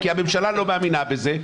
כי הממשלה לא מאמינה בזה,